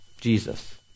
Jesus